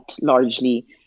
largely